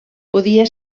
podia